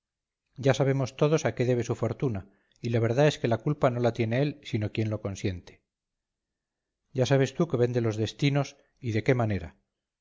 ya sabemos todos a qué debe su fortuna y la verdad es que la culpa no la tiene él sino quien lo consiente ya sabes tú que vende los destinos y de qué manera